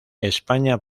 españa